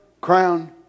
crown